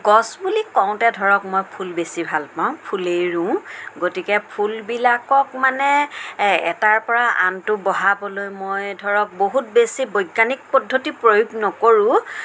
গছ বুলি কওঁতে ধৰক মই ফুল বেছি ভাল পাওঁ ফুলেই ৰুওঁ গতিকে ফুলবিলাকক মানে এটাৰ পৰা আনটো বঢ়াবলৈ মই ধৰক বহুত বেছি বৈজ্ঞানিক পদ্ধতি প্ৰয়োগ নকৰোঁ